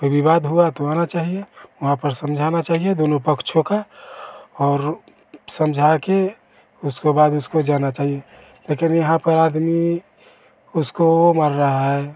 यह विवाद हुआ तो आना चाहिए वहाँ पर समझाना चाहिए दोनों पक्षों का और समझाकर उसके बाद उसको जाना चाहिए लेकिन यहाँ पर आदमी उसको वह मर रहा है